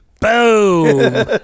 Boom